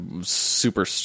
super